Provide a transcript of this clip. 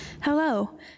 Hello